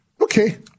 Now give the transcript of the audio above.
okay